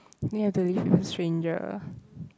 you have to live with a stranger